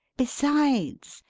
besides,